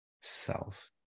self